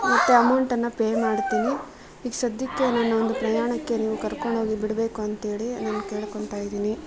ಮತ್ತೆ ಅಮೌಂಟನ್ನು ಪೇ ಮಾಡ್ತೀನಿ ಈಗ ಸದ್ಯಕ್ಕೆ ನನ್ನ ಒಂದು ಪ್ರಯಾಣಕ್ಕೆ ನೀವು ಕರ್ಕೊಂಡು ಹೋಗಿ ಬಿಡಬೇಕು ಅಂಥೇಳಿ ನಾನು ಕೇಳ್ಕೊಳ್ತಾ ಇದ್ದೀನಿ